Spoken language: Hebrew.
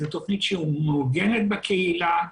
זה תוכנית שהיא מעוגנת בקהילה,